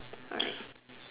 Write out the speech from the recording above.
alright